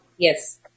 Yes